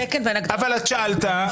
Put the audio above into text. שאלת.